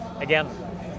again